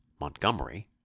Montgomery